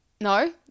No